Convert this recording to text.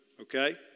okay